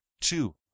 two